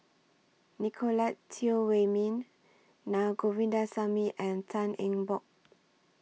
Nicolette Teo Wei Min Na Govindasamy and Tan Eng Bock